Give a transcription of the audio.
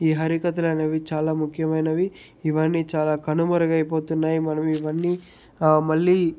ఈ హరికథలనేవి చాలా ముఖ్యమైనవి ఇవన్నీ చాలా కనుమరుగైపోతున్నాయి మనం ఇవన్నీ మళ్ళీ